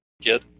get